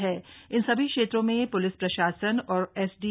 हण इन सभी क्षेत्रों में प्लिस प्रशासन और एसडी